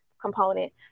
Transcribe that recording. component